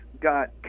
got